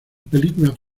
películas